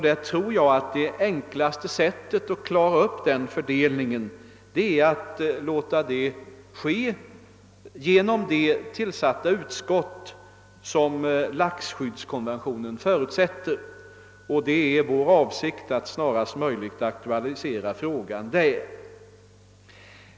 Det enklaste sättet att genomföra denna fördelning är enligt min uppfattning att överlåta uppgiften till det särskilt tillsatta utskott som förutsättes i laxkonventionen, och det är vår avsikt att snarast möjligt aktualisera frågan på detta håll.